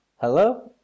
Hello